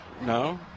No